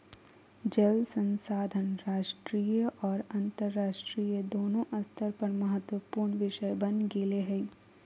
जल संसाधन राष्ट्रीय और अन्तरराष्ट्रीय दोनों स्तर पर महत्वपूर्ण विषय बन गेले हइ